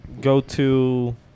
go-to